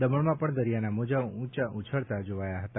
દમણમાં પણ દરિયાના મોજાં ઊંચા ઉછળતા જોવાયા હતા